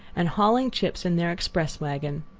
and hauling chips in their express wagon.